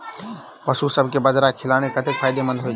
पशुसभ केँ बाजरा खिलानै कतेक फायदेमंद होइ छै?